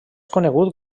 conegut